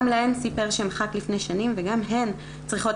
גם להן סיפר שמחק לפני שנים וגם הן צריכות